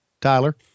Tyler